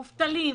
מובטלים,